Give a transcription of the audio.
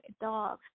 dogs